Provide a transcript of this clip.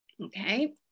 okay